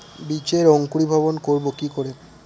বীজের অঙ্কুরিভবন করব কি করে?